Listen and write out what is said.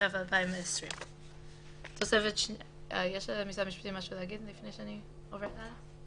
התש"ף 2020. יש למשרד המשפטים משהו להגיד לפני שאני עוברת הלאה?